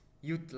youth